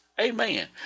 amen